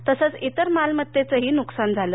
तसंच इतर मालमत्तेचं नुकसान झालं